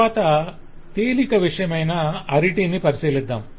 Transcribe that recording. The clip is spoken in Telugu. తరవాత తేలిక విషయమైన అరిటీ ని పరిశీలిద్దాం